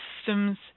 systems